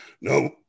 no